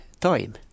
time